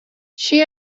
she